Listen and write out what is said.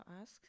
ask